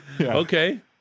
Okay